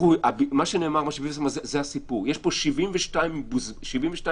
מה שנאמר זה הסיפור יש פה 72 שעות